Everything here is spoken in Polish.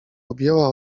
objęła